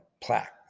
plaque